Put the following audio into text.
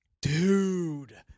Dude